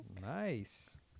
nice